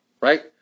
Right